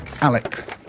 Alex